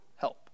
help